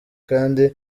kandi